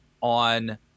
on